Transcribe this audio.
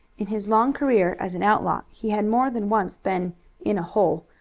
in his long career as an outlaw he had more than once been in a hole,